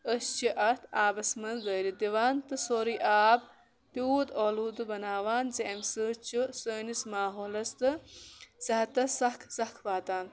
أسۍ چھِ اَتھ آبس منٛز دٲرِتھ دِوان تہٕ سورُے آب تیوٗت آلودٕ بَناوان زِ اَمہِ سۭتۍ چھُ سٲنِس ماحولَس تہٕ صحتَس سَکھ زکھ واتان